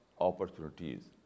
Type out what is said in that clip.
opportunities